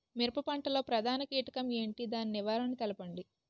మిరప పంట లో ప్రధాన కీటకం ఏంటి? దాని నివారణ తెలపండి?